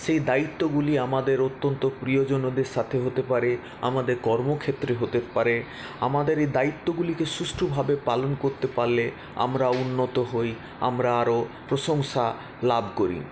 সেই দায়িত্বগুলি আমাদের অত্যন্ত প্রিয়জনের সাথে হতে পারে আমাদের কর্মক্ষেত্রে হতে পারে আমাদের এই দায়িত্বগুলিকে সুষ্ঠুভাবে পালন করতে পারলে আমরা উন্নত হই আমরা আরো প্রশংসা লাভ করি